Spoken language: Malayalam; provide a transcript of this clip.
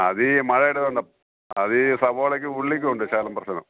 അത് ഈ മഴ വരുന്നത് കൊണ്ടാണ് അത് ഈ സവാളയ്ക്കും ഉള്ളിക്കും ഉണ്ട് ശകലം പ്രശ്നം